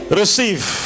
receive